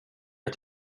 att